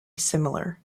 similar